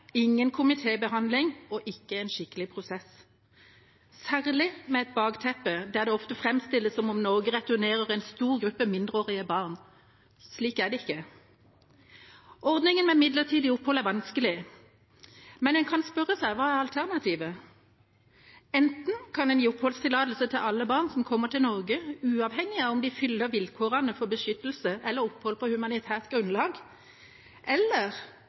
ingen komitébehandling og ikke en skikkelig prosess, særlig med et bakteppe der det ofte framstilles som om Norge returnerer en stor gruppe mindreårige barn. Slik er det ikke. Ordningen med midlertidig opphold er vanskelig, men en kan spørre seg: Hva er alternativet? Enten kan en gi oppholdstillatelse til alle barn som kommer til Norge, uavhengig av om de fyller vilkårene for beskyttelse eller opphold på humanitært grunnlag, eller